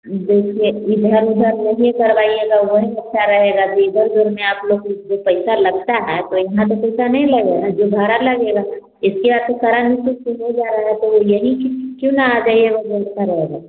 देखिए इधर उधर नहीं करवाइएगा वहीं अच्छा रहेगा इधर उधर में आप लोग जो पैसा लगता है तो यहाँ तो पैसा नहीं लगेगा ना जो भाड़ा लगेगा इससे आपको सारा हो जा रहा है तो वो यही फिर क्यों ना आ जाइएगा व्यवस्था रहेगी